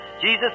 Jesus